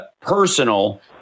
personal